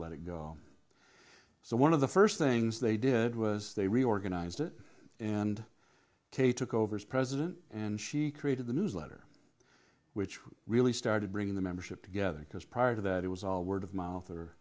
let it go so one of the first things they did was they reorganized it and took over as president and she created the newsletter which really started bringing the membership together because prior to that it was all word of mouth or